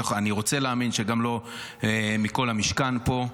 אני רוצה להאמין שגם לא מכל המשכן פה.